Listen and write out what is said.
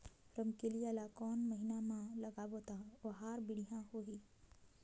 रमकेलिया ला कोन महीना मा लगाबो ता ओहार बेडिया होही?